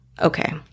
Okay